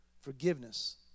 Forgiveness